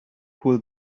pull